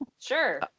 Sure